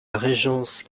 régence